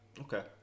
Okay